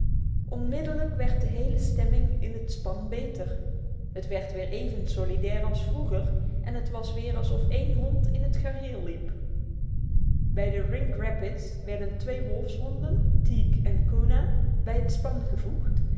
onmiddellijk werd de hele stemming in het span beter het werd weer even solidair als vroeger en het was weer alsof één hond in het gareel liep bij de rink rapids werden twee wolfshonden teek en koona bij het span gevoegd